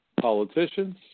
politicians